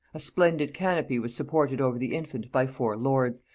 a splendid canopy was supported over the infant by four lords,